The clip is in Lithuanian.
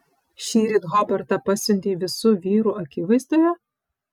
šįryt hobartą pasiuntei visų vyrų akivaizdoje